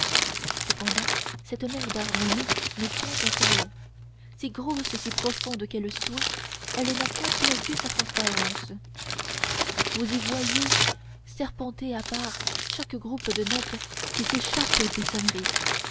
cependant cette mer d'harmonie n'est point un chaos si grosse et si profonde qu'elle soit elle n'a point perdu sa transparence vous y voyez serpenter à part chaque groupe de notes qui s'échappe des sonneries